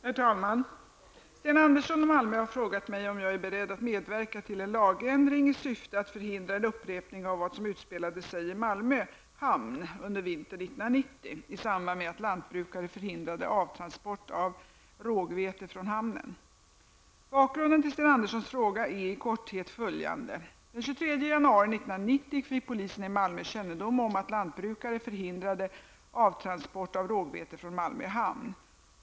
Herr talman! Sten Andersson i Malmö har frågat mig om jag är beredd att medverka till en lagändring i syfte att förhindra en upprepning av vad som utspelade sig i Malmö hamn under vintern Bakgrunden till Sten Anderssons fråga är i korthet följande. Den 23 januari 1990 fick polisen i Malmö kännedom om att lantbrukare förhindrade transport av rågvete från Malmö hamn.